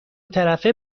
طرفه